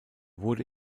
wurde